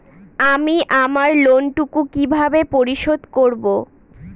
আমি আমার লোন টুকু কিভাবে পরিশোধ করব?